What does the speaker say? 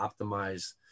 optimize